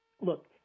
look